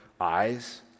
eyes